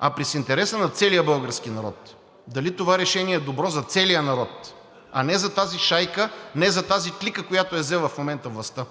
а през интереса на целия български народ – дали това решение е добро за целия български народ, а не за тази шайка, не за тази клика, която е взела в момента властта.